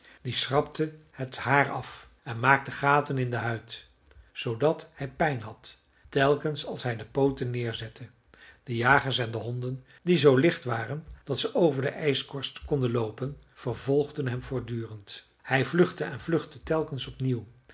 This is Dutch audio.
die schrapte het haar af en maakte gaten in de huid zoodat hij pijn had telkens als hij de pooten neerzette de jagers en de honden die zoo licht waren dat ze over de ijskorst konden loopen vervolgden hem voortdurend hij vluchtte en vluchtte telkens opnieuw